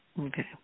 okay